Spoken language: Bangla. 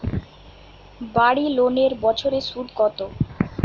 বাড়ি লোনের বছরে সুদ কত?